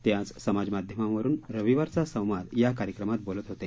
ते आज समाज माध्यमांवरून रविवारचा संवाद या कार्यक्रमात बोलत होते